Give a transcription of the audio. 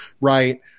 right